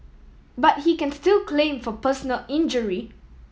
but he can still claim for personal injury